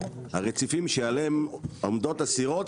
הרצפים שעליהם עומדות הסירות,